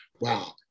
wow